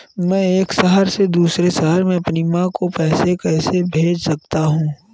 मैं एक शहर से दूसरे शहर में अपनी माँ को पैसे कैसे भेज सकता हूँ?